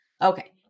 Okay